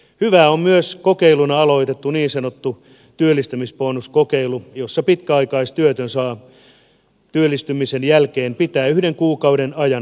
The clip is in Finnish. hyvää on myös kokeiluna aloitettu niin sanottu työllistämisbonuskokeilu jossa pitkäaikaistyötön saa työllistymisen jälkeen pitää yhden kuukauden ajan työmarkkinatukea